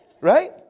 right